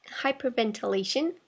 hyperventilation